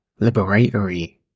liberatory